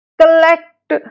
collect